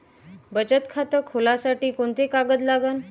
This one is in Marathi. बचत खात खोलासाठी कोंते कागद लागन?